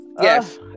Yes